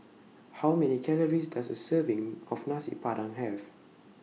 How Many Calories Does A Serving of Nasi Padang Have